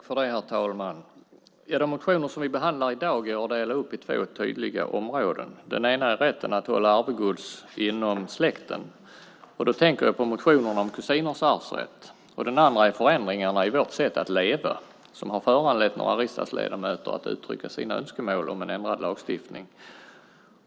Herr talman! De motioner som vi behandlar i dag går att dela upp i två tydliga områden. Det ena är rätten att hålla arvegods inom släkten, och då tänker jag på motionerna om kusiners arvsrätt. Det andra är förändringar i vårt sätt att leva som har föranlett några riksdagsledamöter att uttrycka sina önskemål om en ändrad lagstiftning.